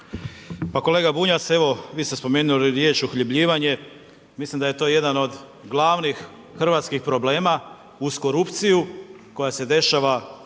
Pa kolega Bunjac, evo vi ste spomenuli riječ uhljebljivanje, mislim da je to jedan od glavnih hrvatskih problema uz korupciju koja se dešava